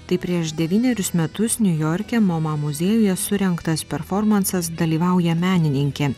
tai prieš devynerius metus niujorke moma muziejuje surengtas performansas dalyvauja menininkė